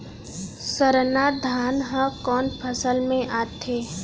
सरना धान ह कोन फसल में आथे?